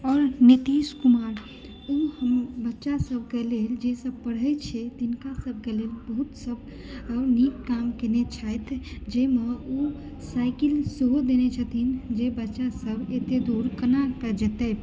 आओर नितीश कुमार ओ हम बच्चासभके लेल जे सभ पढ़ैत छै तिनकासभक लेल बहुतसभ नीक काम कयने छथि जाहिमे ओ साइकिल सेहो देने छथिन जे बच्चासभ एतेक दूर केनाके जेतै